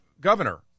Governor